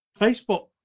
Facebook